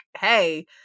hey